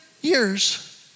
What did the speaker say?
years